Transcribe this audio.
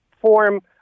form